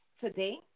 today